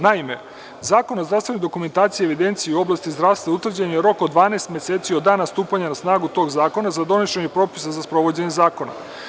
Naime, Zakonom o zdravstvenoj dokumentaciji i evidenciji u oblasti zdravstva utvrđen je rok od 12 meseci od dana stupanja na snagu tog zakona za donošenje propisa za sprovođenje zakona.